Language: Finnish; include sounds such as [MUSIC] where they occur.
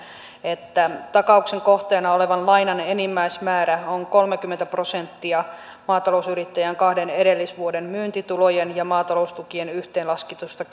että takauksen kohteena olevan lainan enimmäismäärä on kolmekymmentä prosenttia maatalousyrittäjän kahden edellisvuoden myyntitulojen ja maataloustukien yhteenlasketusta [UNINTELLIGIBLE]